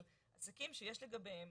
אבל עסקים שיש לגביהם